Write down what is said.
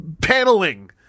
paneling